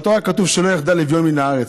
בתורה כתוב "לא יחדל אביון מן הארץ",